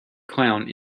clown